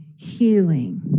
healing